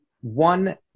one